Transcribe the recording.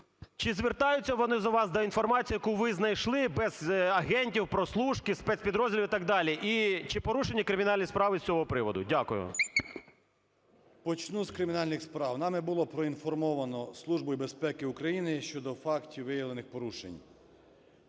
Чи звертаються вони до вас за інформацією, яку ви знайшли без агентів, прослушки, спецпідрозділів і так далі, і чи порушені кримінальні справи з цього приводу? Дякую. 11:21:12 ПАЦКАН В.В. Почну з кримінальних справ. Нами було проінформовано Службу безпеки України щодо фактів виявлених порушень.